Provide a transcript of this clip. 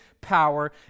power